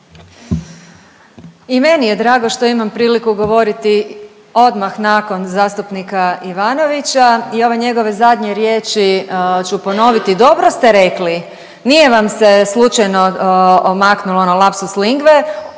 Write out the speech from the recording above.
I meni je drago što imam priliku govoriti odmah nakon zastupnika Ivanovića i ove njegove zadnje riječi ću ponoviti. Dobro ste rekli, nije vam se slučajno omaknulo ono lapsus lingue,